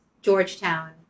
Georgetown